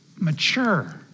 mature